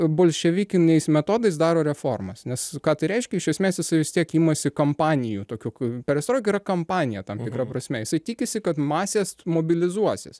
bolševikiniais metodais daro reformas nes ką tai reiškia iš esmės jisai vis tiek imasi kampanijų tokių ku perestroika yra kampanija tam tikra prasme jisai tikisi kad masės mobilizuosis